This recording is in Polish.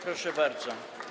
Proszę bardzo.